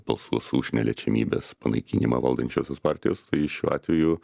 balsuos už neliečiamybės panaikinimą valdančiosios partijos tai šiuo atveju